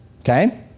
okay